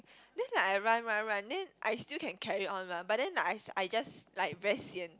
then like I run run run then I still can carry on lah but then I I just like very sian